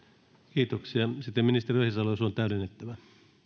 kiitoksia sitten ministeri ohisalo jos on täydennettävää